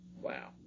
Wow